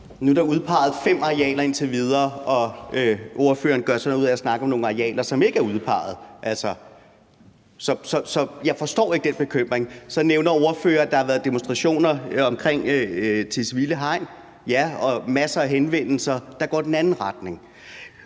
Der er udpeget fem arealer indtil videre, og ordføreren gør så noget ud af at snakke om nogle arealer, som ikke er udpeget. Så jeg forstår ikke den bekymring. Så nævner ordføreren, at der har været demonstrationer omkring Tisvilde Hegn – ja, og masser af henvendelser, der går i den anden retning.